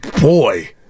Boy